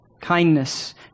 kindness